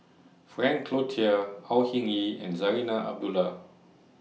Frank Cloutier Au Hing Yee and Zarinah Abdullah